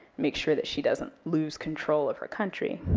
make sure that she doesn't lose control of her country.